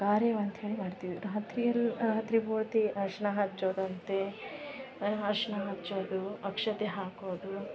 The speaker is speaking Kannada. ಕಾರೆವ ಅಂಥೇಳಿ ಮಾಡ್ತೀವಿ ರಾತ್ರಿಯಲ್ಲಿ ರಾತ್ರಿ ಪೂರ್ತಿ ಅರಿಶ್ಣ ಹಚ್ಚೋದಂತೆ ಅರಿಶ್ಣ ಹಚ್ಚೋದು ಅಕ್ಷತೆ ಹಾಕೋದು